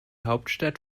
hauptstadt